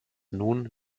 nun